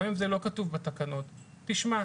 גם אם זה לא כתוב בתקנות: תשמע,